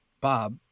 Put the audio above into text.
Bob